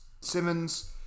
Simmons